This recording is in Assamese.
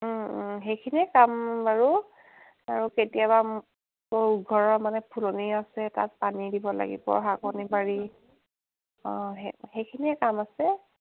সেইখিনিয়ে কাম বাৰু আৰু কেতিয়াবা ঘৰৰ মানে ফুলনি আছে তাত পানী দিব লাগিব শাকনি বাৰী অঁ সেই সেইখিনিয়ে কাম আছে